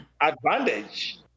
advantage